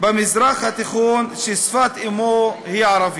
המזרח התיכון ושפת האם היא ערבית.